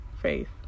faith